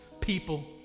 people